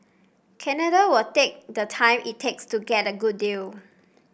Canada will take the time it takes to get a good deal